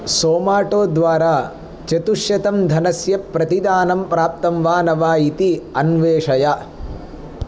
somato द्वारा चतुश्शतं धनस्य प्रतिदानं प्राप्तं वा न वा इति अन्वेषय